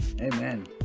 Amen